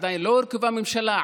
עדיין לא הורכבה ממשלה,